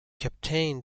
captained